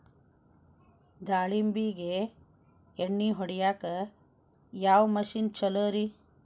ದಾಳಿಂಬಿಗೆ ಎಣ್ಣಿ ಹೊಡಿಯಾಕ ಯಾವ ಮಿಷನ್ ಛಲೋರಿ?